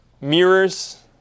mirrors